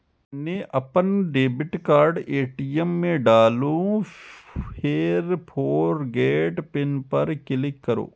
पहिने अपन debit card ATM मे डालू, फेर फोरगेट पिन पर क्लिक करू